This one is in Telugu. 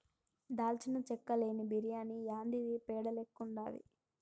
దాల్చిన చెక్క లేని బిర్యాని యాందిది పేడ లెక్కుండాది